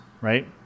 right